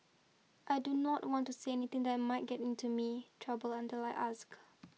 I do not want to say anything that might get into me trouble until I ask